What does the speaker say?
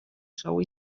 sou